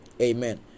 amen